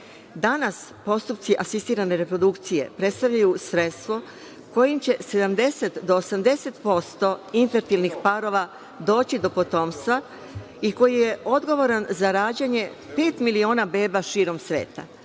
Danas postupci asistirane reprodukcije predstavljaju sredstvo kojim će 70 do 80% parova doći do potomstva i koji je odgovoran za rađanje pet miliona beba širom sveta.